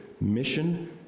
mission